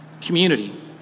Community